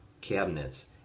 cabinets